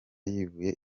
yivuye